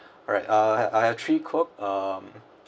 alright uh I'll have I'll have three coke um